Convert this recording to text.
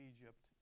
Egypt